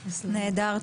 נהדר.